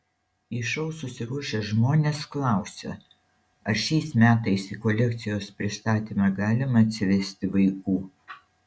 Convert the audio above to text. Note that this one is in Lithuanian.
į šou susiruošę žmonės klausia ar šiais metais į kolekcijos pristatymą galima atsivesti vaikų